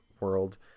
world